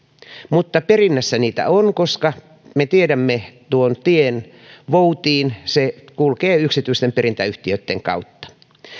mutta perinnässä niitä on koska me tiedämme tuon tien voutiin se kulkee yksityisten perintäyhtiöitten kautta